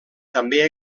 també